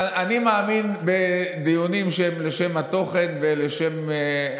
אני מאמין בדיונים שהם לשם התוכן ולשם,